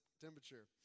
temperature